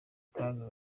kaga